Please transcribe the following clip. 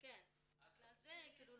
בגלל זה לא